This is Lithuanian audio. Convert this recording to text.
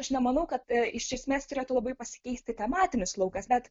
aš nemanau kad ee iš esmės turėtų labai pasikeisti tematinis laukas bet